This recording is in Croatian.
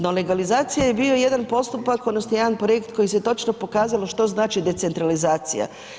No legalizacija bio jedan postupak odnosno jedan projekt kojim se točno pokazalo što znači decentralizacija.